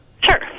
Sure